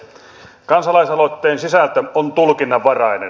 kansalaisaloitteen sisältö on tulkinnanvarainen